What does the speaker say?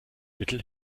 mittel